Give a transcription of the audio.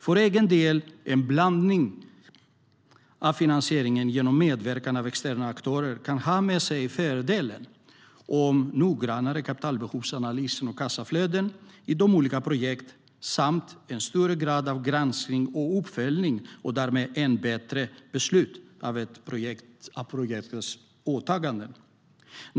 För egen del anser jag att en blandad finansiering genom medverkan av externa aktörer kan ha med sig fördelen med noggrannare kapitalbehovsanalyser och analyser av kassaflöden i de olika projekten samt en större grad av granskning och uppföljning och därmed än bättre beslut för ett projekts åtaganden.